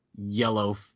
yellow